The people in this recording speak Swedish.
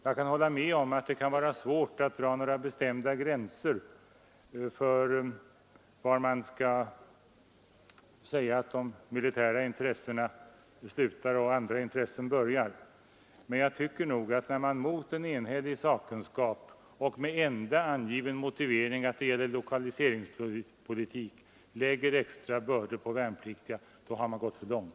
Jag kan hålla med om att det kan vara svårt att dra några bestämda gränser för var man skall säga att de militära intressena slutar och andra intressen börjar, men när man mot en enhällig sakkunskap och med enda angiven motivering, nämligen att det gäller lokaliseringspolitik, lägger extra bördor på värnpliktiga har man gått för långt.